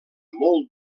molt